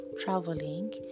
traveling